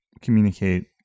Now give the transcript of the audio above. communicate